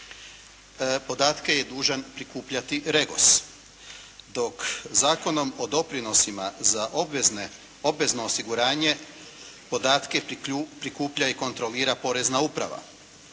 podatke je dužan prikupljati REGOS, dok Zakonom o doprinosima za obvezno osiguranje podatke prikuplja i kontrolira Porezna uprava,